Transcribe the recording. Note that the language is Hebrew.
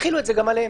תחילו את זה גם עליהם.